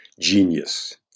genius